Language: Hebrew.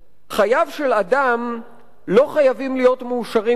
חייו של אדם לא חייבים להיות מאושרים תמיד,